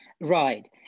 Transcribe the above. Right